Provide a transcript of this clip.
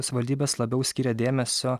savivaldybės labiau skiria dėmesio